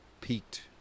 peaked